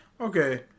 Okay